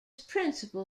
principal